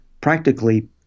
practically